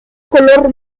color